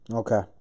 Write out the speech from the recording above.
okay